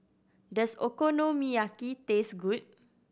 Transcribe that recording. does Okonomiyaki taste good